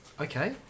Okay